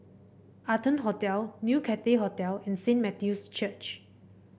Arton Hotel New Cathay Hotel and Saint Matthew's Church